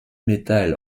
metal